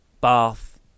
bath